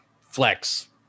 flex